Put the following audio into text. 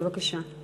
בבקשה.